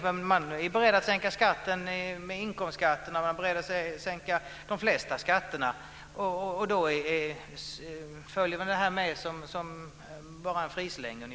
Är man beredd att sänka inkomstskatten är man beredd att sänka de flesta skatterna, och då tas detta med som en frisläng.